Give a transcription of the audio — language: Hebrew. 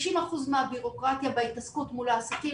90% מהבירוקרטיה בהתעסקות מול העסקים,